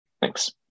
Thanks